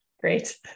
great